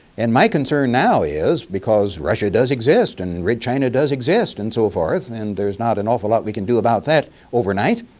and my concern now is because russia does exist, and the great china does exist and so forth, and there's not an awful lot we can do about that overnight,